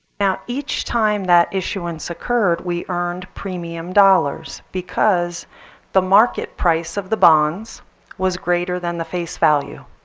now each time that issuance occurred we earned premium dollars because the market price of the bonds was greater than the face value.